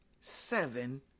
seven